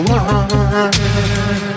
one